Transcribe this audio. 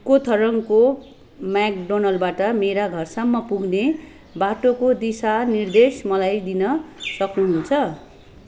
कोथरङको म्याकडोनल्डबाट मेरा घरसम्म पुग्ने बाटोको दिशानिर्देश मलाई दिन सक्नुहुन्छ